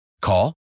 Call